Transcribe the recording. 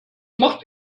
macht